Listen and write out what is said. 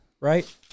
right